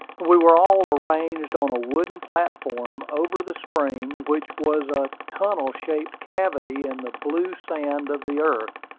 we were all arranged on a wooden platform over the spring, which was a tunnel-shaped cavity in the blue sand of the earth,